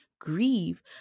grieve